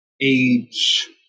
age